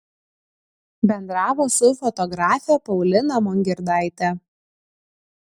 bendravo su fotografe paulina mongirdaite